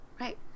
right